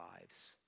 lives